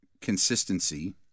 consistency